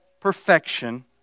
perfection